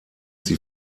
sie